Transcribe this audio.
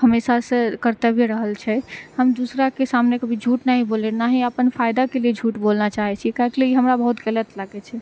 हमेशासँ कर्तव्य रहल छै हम दोसराके सामने कभी झूठ नहि बोली आओर ना ही अपन फायदाके लिए झूठ बोलना चाही छी काहेकि ई हमरा बहुत गलत लागै छै